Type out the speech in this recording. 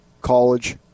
college